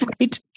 Right